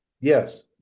Yes